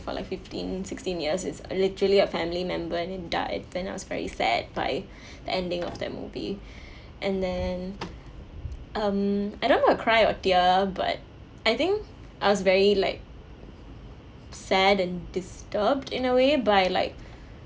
for like fifteen sixteen years it's literally a family member then died then I was very sad by the ending of that movie and then um I don't know I cry or tear but I think I was very like sad and disturbed in a way by like